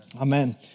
Amen